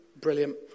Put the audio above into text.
Brilliant